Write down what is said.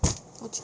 !ouch!